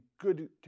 good